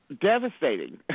devastating